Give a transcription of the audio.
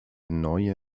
neue